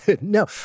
No